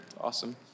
Awesome